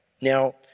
Now